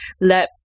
let